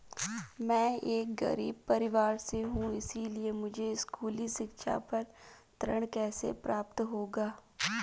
मैं एक गरीब परिवार से हूं इसलिए मुझे स्कूली शिक्षा पर ऋण कैसे प्राप्त होगा?